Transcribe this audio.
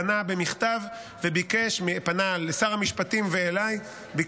הוא פנה לשר המשפטים ואליי במכת,